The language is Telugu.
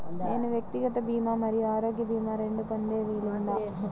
నేను వ్యక్తిగత భీమా మరియు ఆరోగ్య భీమా రెండు పొందే వీలుందా?